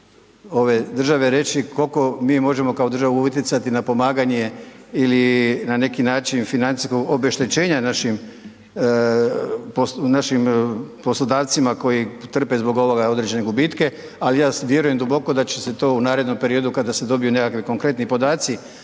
ove države reći kol'ko mi možemo kao država utjecati na pomaganje ili na neki način financijsko obeštećenje našim, našim poslodavcima koji trpe zbog ovoga određene gubitke, ali ja vjerujem duboko da će se to u narednom periodu kada se dobiju nekakvi konkretni podaci